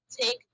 take